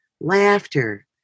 laughter